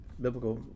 biblical